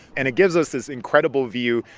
and it gives us this incredible view,